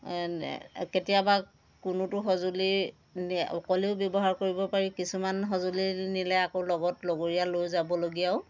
কেতিয়াবা কোনোটো সঁজুলি অকলেও ব্যৱহাৰ কৰিব পাৰি কিছুমান সঁজুলি নিলে আকৌ লগত লগৰীয়া লৈ যাবলগীয়াও